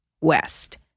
west